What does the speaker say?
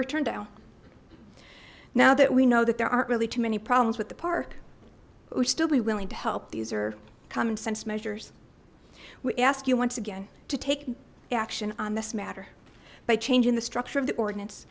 were turned down now that we know that there aren't really too many problems with the park but we still be willing to help these are common sense measures we ask you once again to take action on this matter by changing the structure of the ordinance